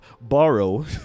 borrow